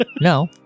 No